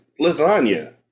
lasagna